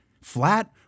flat